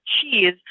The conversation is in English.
cheese